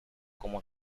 como